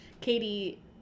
katie